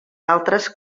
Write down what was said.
altres